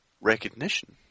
recognition